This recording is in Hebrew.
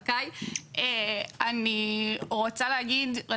אני גם גרה ברחוב בן זכאי,